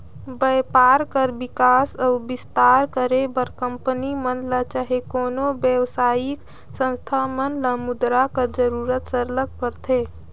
बयपार कर बिकास अउ बिस्तार करे बर कंपनी मन ल चहे कोनो बेवसायिक संस्था मन ल मुद्रा कर जरूरत सरलग परथे